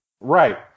right